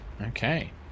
Okay